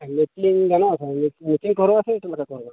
ᱟᱨ matching ᱜᱟᱱᱚᱜᱼᱟ ᱥᱮ ᱵᱟᱝ ᱢᱮᱪᱤᱝ ᱠᱚ ᱦᱚᱨᱚᱜᱼᱟ ᱥᱮ ᱪᱮᱫ ᱞᱮᱠᱟ ᱠᱚ ᱦᱚᱨᱚᱜᱟ